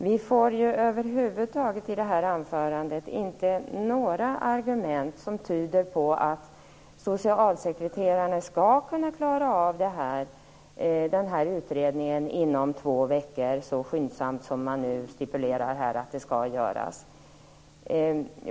Vi får i det här anförandet över huvud taget inte några argument som tyder på att socialsekreteraren skall kunna klara av en utredning inom två veckor, så skyndsamt som man här stipulerar att det skall göras.